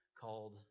called